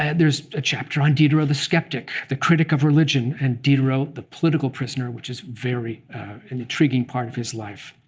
and there's a chapter on diderot the skeptic, the critic of religion, and diderot the political prisoner, which is very an intriguing part of his life.